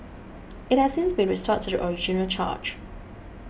it has since been restored to the original charge